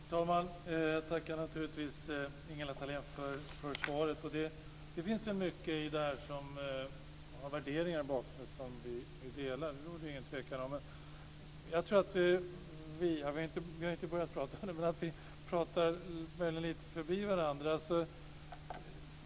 Herr talman! Jag tackar naturligtvis Ingela Thalén för svaret. Många av de värderingar som ligger bakom detta delar vi. Det råder ingen tvekan om det. Men jag tror att vi, även om vi inte har börjat prata ännu, möjligen pratar lite förbi varandra.